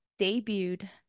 debuted